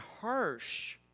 harsh